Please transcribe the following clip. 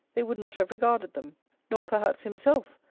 they would not have regarded them nor perhaps himself,